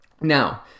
Now